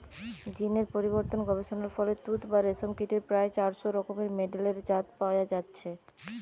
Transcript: জীন এর পরিবর্তন গবেষণার ফলে তুত বা রেশম কীটের প্রায় চারশ রকমের মেডেলের জাত পয়া যাইছে